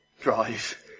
drive